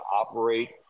operate